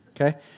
Okay